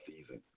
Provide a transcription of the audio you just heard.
season